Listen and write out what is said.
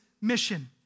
mission